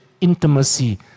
intimacy